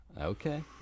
Okay